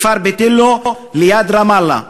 בכפר ביתילו ליד רמאללה.